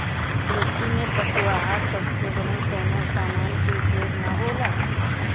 खेती में पशु आउर पशु से बनल कवनो समान के उपयोग ना होला